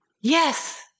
Yes